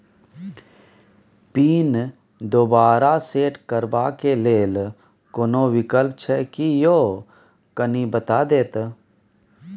Pin दोबारा set करबा के लेल कोनो विकल्प छै की यो कनी बता देत?